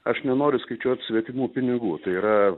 aš nenoriu skaičiuot svetimų pinigų tai yra